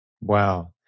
Wow